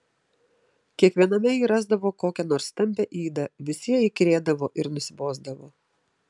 kiekviename ji rasdavo kokią nors stambią ydą visi jai įkyrėdavo ir nusibosdavo